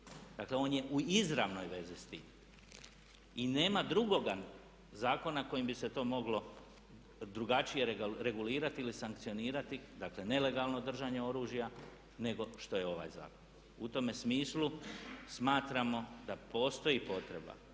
Dakle on je u izravnoj vezi sa time i nema drugoga zakona kojim bi se to moglo drugačije regulirati ili sankcionirati, dakle nelegalno držanje oružja nego što je ovaj zakon. U tome smislu smatramo da postoji potreba